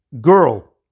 girl